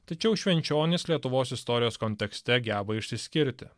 tačiau švenčionys lietuvos istorijos kontekste geba išsiskirti